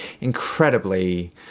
incredibly